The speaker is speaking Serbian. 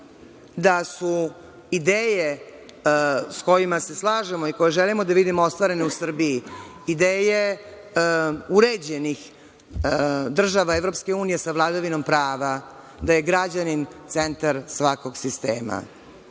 da su ideje sa kojima se slažemo i koje želimo da vidimo ostvarene u Srbiji ideje uređenih država EU sa vladavinom prava, da je građanin centar svakog sistema. Prvi